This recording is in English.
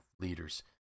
leaders